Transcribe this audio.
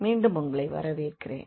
மீண்டும் உங்களை வரவேற்கிறேன்